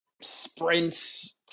sprints